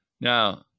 Now